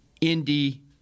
Indy